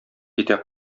китә